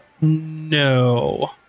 no